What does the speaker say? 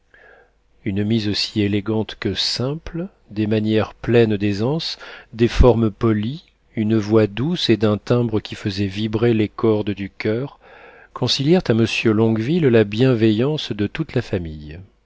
une mise aussi élégante que simple des manières pleines d'aisance des formes polies une voix douce et d'un timbre qui faisait vibrer les cordes du coeur concilièrent à monsieur longueville la bienveillance de toute la famille